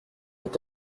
est